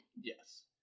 Yes